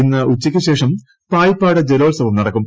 ഇന്ന് ഉച്ചയ്ക്കുശേഷം പായിപ്പാട് ജലോത്സവം നടക്കും